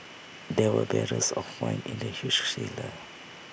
there were barrels of wine in the huge cellar